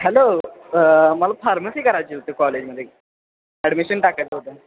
hello मला pharmacy करायची होते कॉलेजमध्ये ॲडमिशन टाकायचं होतं